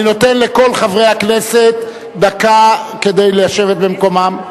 אני נותן לכל חברי הכנסת דקה כדי לשבת במקומם.